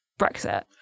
Brexit